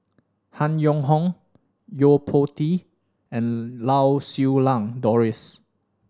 Han Yong Hong Yo Po Tee and Lau Siew Lang Doris